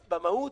במהות,